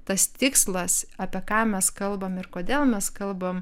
tas tikslas apie ką mes kalbam ir kodėl mes kalbam